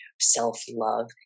self-love